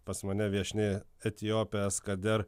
pas mane viešnia etiopė eskader